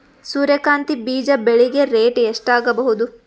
ಸೂರ್ಯ ಕಾಂತಿ ಬೀಜ ಬೆಳಿಗೆ ರೇಟ್ ಎಷ್ಟ ಆಗಬಹುದು?